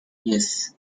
yes